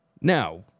now